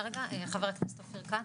ח"כ אופיר כץ.